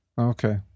Okay